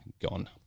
gone